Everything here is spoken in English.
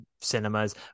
cinemas